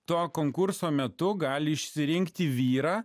to konkurso metu gali išsirinkti vyrą